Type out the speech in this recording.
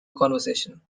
conversation